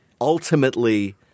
ultimately